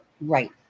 Right